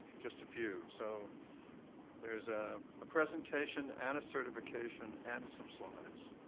just a few, so there's ah a presentation and a certification and some slides.